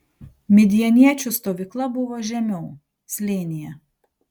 midjaniečių stovykla buvo žemiau slėnyje